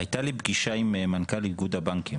הייתה לי פגישה עם מנכ"ל איגוד הבנקים